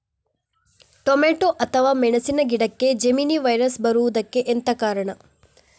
Tomato ಅಥವಾ ಮೆಣಸಿನ ಗಿಡಕ್ಕೆ ಜೆಮಿನಿ ವೈರಸ್ ಬರುವುದಕ್ಕೆ ಎಂತ ಕಾರಣ?